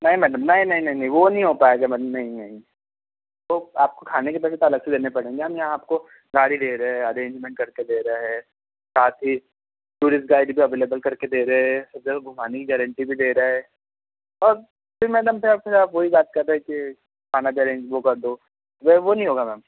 नहीं मैडम नहीं नहीं नहीं नहीं वो नहीं हो पाएगा मैडम नहीं नहीं तो आपको खाने के पैसे तो अलग से देने पड़ेंगे हम यहाँ आपको गाड़ी दे रहे हे अरेंजमेंट करके दे रहे है साथ ही टूरिस्ट गाड़ी भी अवेलेबल करके दे रहे है सब जगह घुमाने की गारेंटी भी दे रहा है अब फिर मैडम फिर आप फिर आप वही बात कर रहे कि खाना का अरेंज वो कर दो वो नी होगा मैम